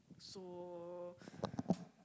so